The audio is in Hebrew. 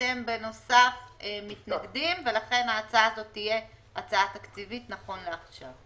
בנוסף אתם מתנגדים ולכן ההצעה הזאת תהיה הצעה תקציבית נכון לעכשיו.